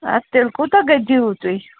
اَدٕ تیٚلہِ کوٗتاہ گژھِ دِیِو تُہۍ